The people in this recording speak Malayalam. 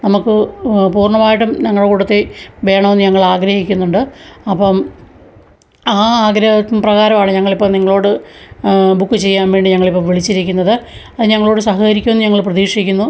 നമ്മൾക്ക് പൂർണമായിട്ടും ഞങ്ങളുടെ കൂട്ടത്തിൽ വേണമെന്ന് ഞങ്ങൾ ആഗ്രഹിക്കുന്നുണ്ട് അപ്പം ആ ആഗ്രഹപ്രകാരമാണ് ഞങ്ങൾ ഇപ്പോൾ നിങ്ങളോട് ബുക്ക് ചെയ്യാൻ വേണ്ടി ഞങ്ങൾ ഇപ്പോൾ വിളിച്ചിരിക്കുന്നത് അതിന് ഞങ്ങളോട് സഹകരിക്കുമെന്ന് ഞങ്ങൾ പ്രതീക്ഷിക്കുന്നു